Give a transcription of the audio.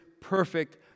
perfect